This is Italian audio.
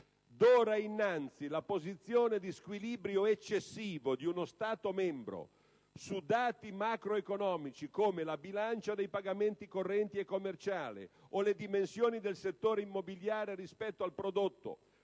d'ora innanzi, la posizione di squilibrio eccessivo di uno Stato membro su dati macroeconomici, come la bilancia dei pagamenti correnti e commerciali o le dimensioni del settore immobiliare rispetto al prodotto,